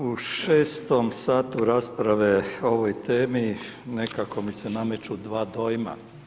U 6. satu rasprave o ovoj temi, nekako mi se nameću dva dojma.